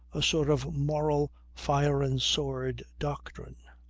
a sort of moral fire-and-sword doctrine.